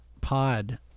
pod